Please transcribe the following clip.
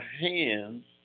hands